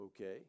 Okay